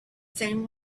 same